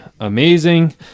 amazing